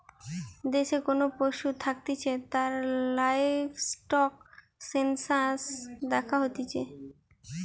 দেশে কোন পশু থাকতিছে তার লাইভস্টক সেনসাস দ্যাখা হতিছে